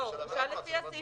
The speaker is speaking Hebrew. לא, זאת עבירת מס.